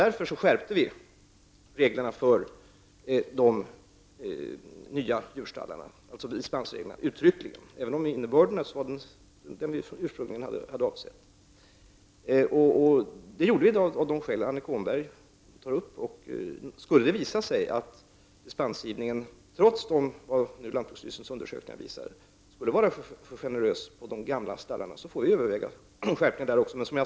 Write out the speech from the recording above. Därför skärptes dispensreglerna för de nya djurstallarna, även om den ursprungliga innebörden var densamma. Skärpningen föranleddes av det skäl som Annika Om det nu, i motsats till lantbruksstyrelsens undersökningar, visar sig att dispensgivningen är för generös när det gäller de gamla stallarna, får vi överväga en skärpning där också.